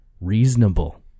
reasonable